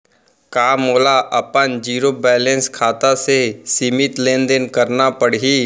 का मोला अपन जीरो बैलेंस खाता से सीमित लेनदेन करना पड़हि?